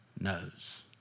knows